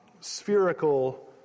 spherical